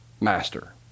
master